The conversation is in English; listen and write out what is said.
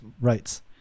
rights